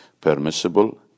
permissible